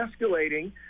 escalating